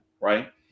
right